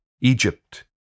Egypt